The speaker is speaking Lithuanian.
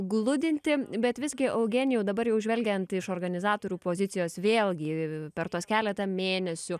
gludinti bet visgi eugenijau dabar jau žvelgiant iš organizatorių pozicijos vėlgi per tuos keletą mėnesių